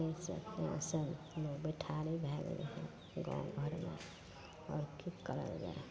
एहिसब लैके बैठारी भए गेलै हँ गामघरमे